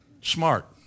smart